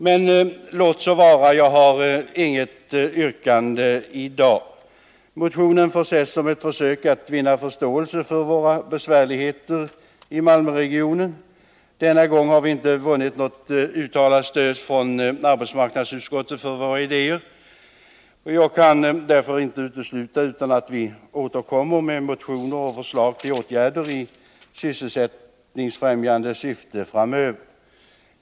Men låt så vara — jag har i dag inget yrkande. Motionen får ses som ett försök att vinna förståelse för våra besvärligheter i Malmöregionen. Denna gång har vi inte vunnit något uttalat stöd från arbetsmarknadsutskottet för våra idéer. Jag kan därför inte utesluta att vi återkommer med motioner och förslag till åtgärder i sysselsättningsfrämjande syfte framöver.